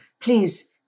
please